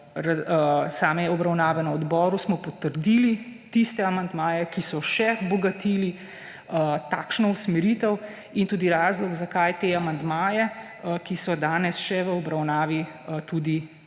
same obravnave na odboru smo potrdili tiste amandmaje, ki so še bogatili takšno usmeritev in tudi razlog, zakaj te amandmaje, ki so danes še v obravnavi, tudi